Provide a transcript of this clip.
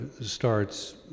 starts